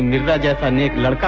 yeah and death. and